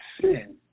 sin